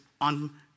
on